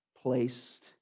placed